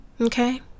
Okay